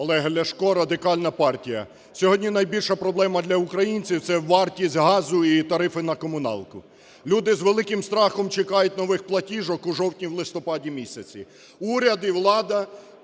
Олег Ляшко, Радикальна партія. Сьогодні найбільша проблема для українців – це вартість газу і тарифи на комуналку. Люди з великим страхом чекають нових платіжок у жовтні, в листопаді